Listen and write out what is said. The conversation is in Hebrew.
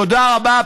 תודה רבה.